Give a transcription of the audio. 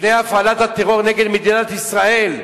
לפני הפעלת הטרור נגד מדינת ישראל,